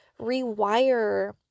rewire